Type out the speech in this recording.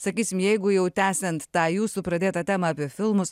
sakysim jeigu jau tęsiant tą jūsų pradėtą temą apie filmus